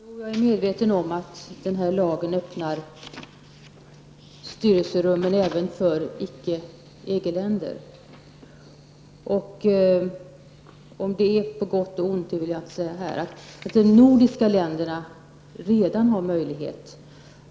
Herr talman! Jag är medveten om att den här lagen öppnar styrelserummen även för medborgare från icke EG-länder. Om det är på gott eller ont vill jag inte säga här.